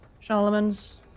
Charlemagne's